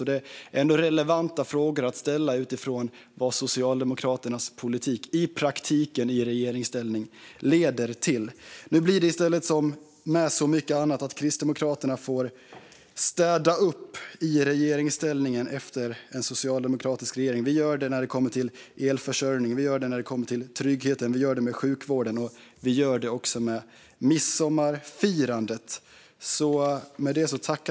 Det är alltså en relevant fråga att ställa utifrån vad Socialdemokraternas politik i praktiken i regeringsställning leder till. Nu blir det i stället så, som med mycket annat, att Kristdemokraterna får städa upp i regeringsställning efter en socialdemokratisk regering. Vi gör det när det kommer till elförsörjningen. Vi gör det när det kommer till tryggheten. Vi gör det med sjukvården, och vi gör det med midsommarfirandet.